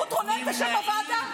רות רונן תשב בוועדה?